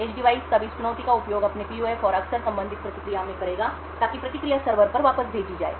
as device तब इस चुनौती का उपयोग अपने PUF और अक्सर संबंधित प्रतिक्रिया में करेगा ताकि प्रतिक्रिया सर्वर पर वापस भेजी जाए